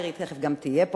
מירי תיכף גם תהיה פה,